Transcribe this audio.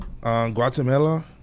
Guatemala